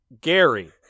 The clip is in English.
Gary